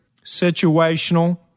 situational